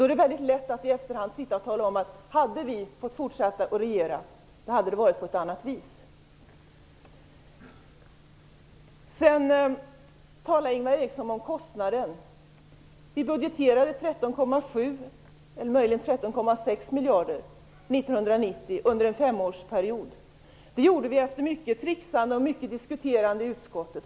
Då är det mycket lätt att i efterhand säga att om vi hade fått fortsätta att regera skulle det ha varit på ett annat sätt. Ingvar Eriksson talade om kostnaden. Vi budgeterade 13,7 eller möjligen 13,6 miljarder 1990 under en femårsperiod. Det gjorde vi efter mycket tricksande och diskuterande i utskottet.